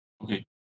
Okay